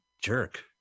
jerk